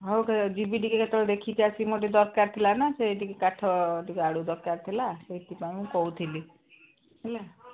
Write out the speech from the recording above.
ହଉ କେବେ ଯିବି ଟିକେ କେତେବେଳେ ଦେଖିକି ଆସିବି ମୋର ଟିକେ ଦରକାର ଥିଲା ନା ସେ ଟିକେ କାଠ ଟିକେ ଆଡ଼ୁ ଦରକାର ଥିଲା ସେଇଥିପାଇଁ ମୁଁ କହୁଥିଲି ହେଲା